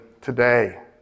today